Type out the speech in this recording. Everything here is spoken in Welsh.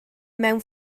mewn